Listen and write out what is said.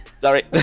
sorry